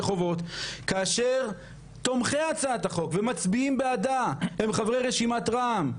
חובות כאשר תומכי הצעת החוק ומצביעים בעדה הם חברי רשימת רע"מ,